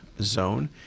zone